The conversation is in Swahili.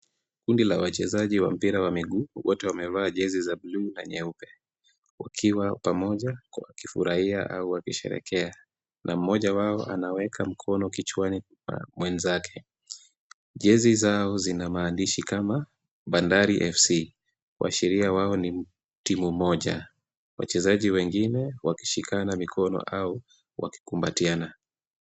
Kundi la wachezaji wa mpira wa miguu, wote wamevaa jezi za bluu na nyeupe wakiwa pamoja huku wakifurahia au wakisherehekea na mmoja wao anaweka mkono kichwani pa mwenzake. Jezi zao zina maandishi kama Bandari FC kuashiria wao ni timu moja. Wachezaji wengine wakishikana mikono au wakikumbatiana.